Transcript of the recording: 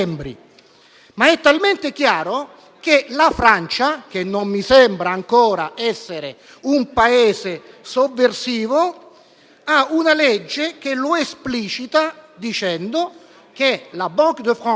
Ma è talmente chiaro che la Francia, che non mi sembra ancora essere un Paese sovversivo, ha una legge che lo esplicita, prevedendo che la Banque de France